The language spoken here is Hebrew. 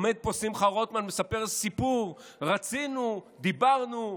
עומד פה שמחה רוטמן ומספר סיפור: רצינו, דיברנו,